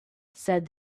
said